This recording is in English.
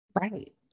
Right